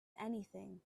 anything